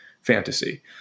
fantasy